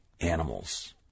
animals